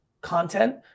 content